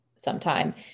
sometime